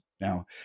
now